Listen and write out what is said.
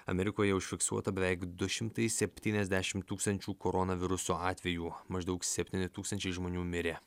amerikoje užfiksuota beveik du šimtai septyniasdešim tūkstančių koronaviruso atvejų maždaug septyni tūkstančiai žmonių mirė